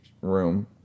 room